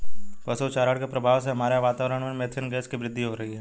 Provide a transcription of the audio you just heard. पशु चारण के प्रभाव से हमारे वातावरण में मेथेन गैस की वृद्धि हो रही है